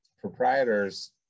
proprietors